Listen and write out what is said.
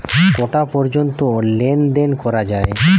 কটা পর্যন্ত লেন দেন করা য়ায়?